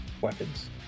Weapons